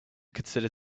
consider